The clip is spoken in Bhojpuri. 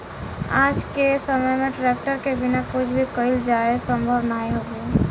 आज के समय में ट्रेक्टर के बिना कुछ भी कईल जाये संभव नाही हउवे